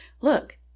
look